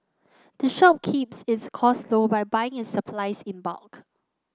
the shop keeps its cost low by buying it supplies in bulk